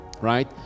right